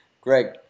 Greg